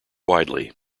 widely